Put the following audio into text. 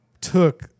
took